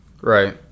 Right